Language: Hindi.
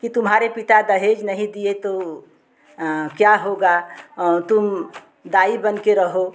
कि तुम्हारे पिता दहेज नहीं दिए तो क्या होगा तुम दाई बन के रहो